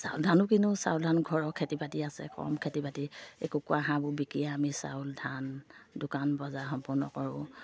চাউল ধানো কিনো চাউল ধান ঘৰৰ খেতি বাতি আছে কম খেতি বাতি এ কুকুৰা হাঁহবোৰ বিকি আমি চাউল ধান দোকান বজাৰ সম্পূৰ্ণ কৰোঁ